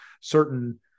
certain